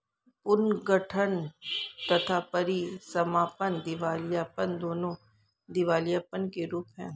पुनर्गठन तथा परीसमापन दिवालियापन, दोनों दिवालियापन के रूप हैं